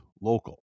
local